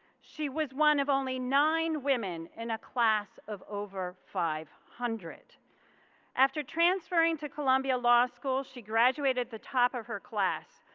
she was one of only nine women in a class of over five hundred after transferring to columbia law school. she graduated at the top of her class,